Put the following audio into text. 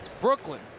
Brooklyn